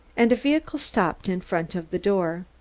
and a vehicle stopped in front of the door.